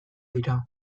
dira